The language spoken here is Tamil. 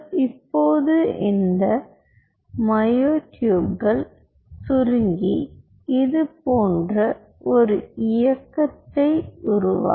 இப்போது இந்த மயோட்யூப்கள் சுருங்கி இது போன்ற ஒரு இயக்கத்தை உருவாக்கும்